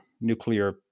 nuclear